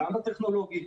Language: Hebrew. גם בטכנולוגי,